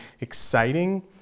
exciting